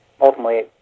ultimately